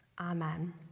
Amen